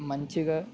మంచిగా